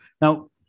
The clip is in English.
Now